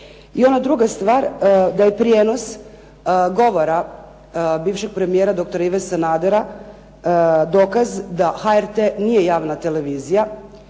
I ona druga stvar da je prijenos govora bivšeg premijera doktora Ive Sandera dokaz da HRT nije javna televizija.